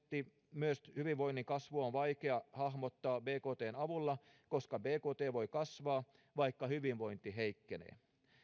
myös hyvinvoinnin kasvua on vaikea hahmottaa bktn avulla koska bkt voi kasvaa vaikka hyvinvointi heikkenee